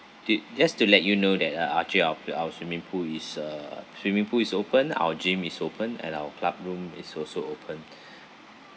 did just to let you know that uh actually our p~ our swimming pool is a swimming pool is open our gym is open and our club room is also open